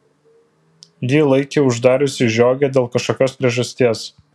ji laikė uždariusi žiogę dėl kažkokios priežasties